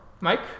Mike